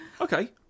Okay